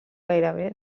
gairebé